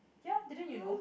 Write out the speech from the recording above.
ya didn't you know